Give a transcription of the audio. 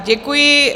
Děkuji.